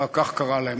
כך קראה להם.